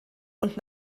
und